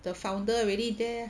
the founder already there